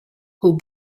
who